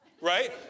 right